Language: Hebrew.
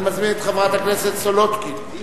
אני מזמין את חברת הכנסת מרינה סולודקין,